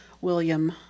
William